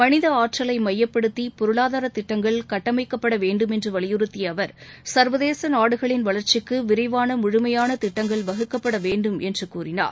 மனித ஆற்றலை மையப்படுத்தி பொருளாதார திட்டங்கள் கட்டமைக்கப்பட வேண்டும் என்று வலியுறத்திய அவர் சர்வதேச நாடுகளின் வளர்ச்சிக்கு விரிவான முழுமையான திட்டங்கள் வகுப்பட வேண்டும் என்று கூறினார்